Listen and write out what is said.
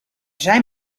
zijn